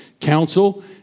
council